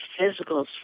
physicals